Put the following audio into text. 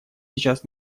сейчас